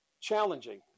challenging